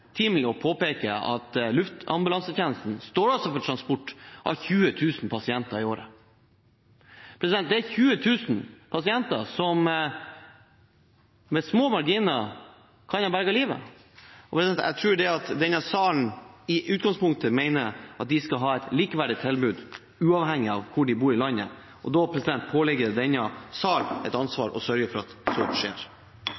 å påpeke at luftambulansetjenesten transporterer 20 000 pasienter i året. Det er 20 000 pasienter som med små marginer kan ha berget livet. Jeg tror at denne salen i utgangspunktet mener at de skal ha et likeverdig tilbud, uavhengig av hvor de bor i landet, og da påligger det denne sal et